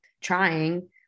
trying